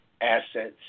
assets